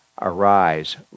Arise